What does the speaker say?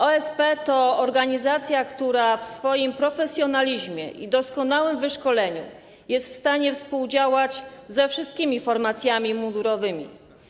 OSP to organizacja, która dzięki swemu profesjonalizmowi i doskonałemu wyszkoleniu jest w stanie współdziałać ze wszystkimi formacjami mundurowymi.